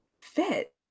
fit